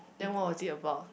then what was it about